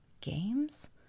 games